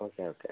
okay okay